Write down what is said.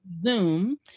Zoom